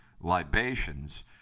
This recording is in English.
libations